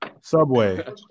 Subway